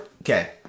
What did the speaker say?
Okay